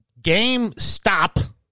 GameStop